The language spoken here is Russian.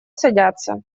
садятся